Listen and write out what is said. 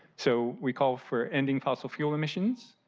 so we call for ending fossil fuel emissions.